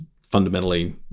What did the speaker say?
fundamentally